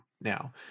now